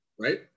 Right